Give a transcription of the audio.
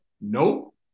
nope